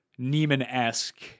neiman-esque